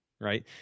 right